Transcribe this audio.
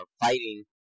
fighting